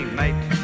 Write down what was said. mate